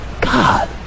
God